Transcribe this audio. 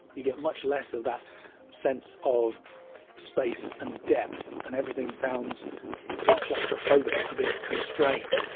you get much less of that sense of space and depth, and everything sounds a bit claustrophobic, a bit constrained,